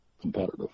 competitive